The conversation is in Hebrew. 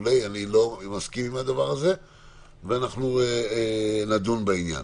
אני לא מסכים לזה ואנחנו נדון בעניין.